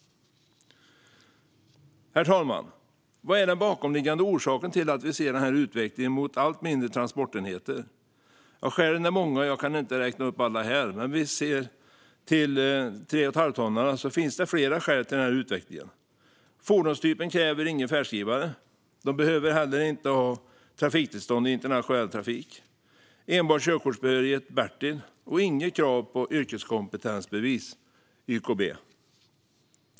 Herr talman! Vad är den bakomliggande orsaken till att vi ser den här utvecklingen mot allt mindre transportenheter? Skälen är många. Jag kan inte räkna upp alla här, men ser vi till 3,5-tonnarna finns flera skäl till utvecklingen. Fordonstypen kräver ingen färdskrivare. De behöver inte heller ha trafiktillstånd i internationell trafik. Enbart körkortsbehörighet B behövs, och det ställs inga krav på YKB, alltså yrkeskompetensbevis.